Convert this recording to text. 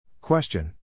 Question